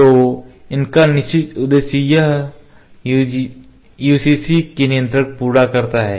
Refer Slide Time 710 तो उनका निश्चित उद्देश्य यह यूसीसी नियंत्रक पूरा करता है